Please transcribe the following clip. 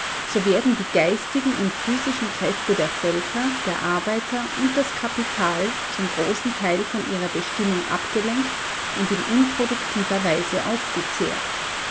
so werden die geistigen und physischen kräfte der völker die arbeiter und das kapital zum großen teil von ihrer bestimmung abgelenkt und in unproduktiver weise aufgezehrt